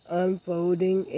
unfolding